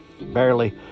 Barely